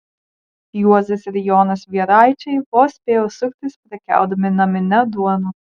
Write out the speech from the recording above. juozas ir jonas vieraičiai vos spėjo suktis prekiaudami namine duona